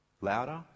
louder